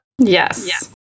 Yes